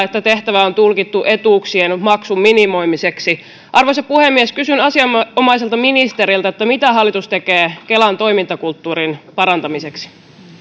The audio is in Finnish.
siltä että tehtävä on tulkittu etuuksien maksun minimoimiseksi arvoisa puhemies kysyn asianomaiselta ministeriltä mitä hallitus tekee kelan toimintakulttuurin parantamiseksi